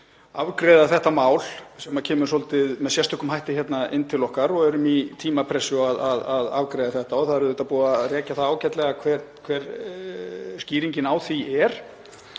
afgreiða þetta mál sem kemur með sérstökum hætti inn til okkar. Við erum í tímapressu að afgreiða þetta. Það er búið að rekja ágætlega hver skýringin á því er.